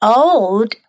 old